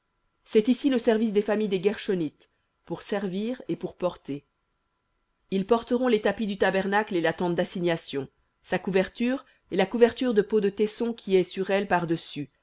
c'est ici le service des familles des guershonites pour servir et pour porter ils porteront les tapis du tabernacle et la tente d'assignation sa couverture et la couverture de peaux de taissons qui est sur elle par-dessus